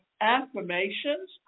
affirmations